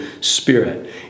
spirit